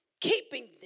keeping